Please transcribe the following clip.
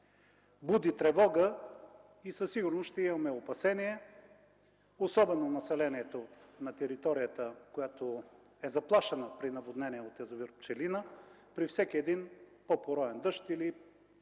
Буди тревога и със сигурност ще имаме опасения, особено за населението на територията, която е заплашена с наводнения от язовир „Пчелина” при всеки един по-пороен дъжд или по-обилен